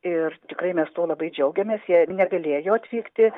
ir tikrai mes tuo labai džiaugiamės jie negalėjo atvykti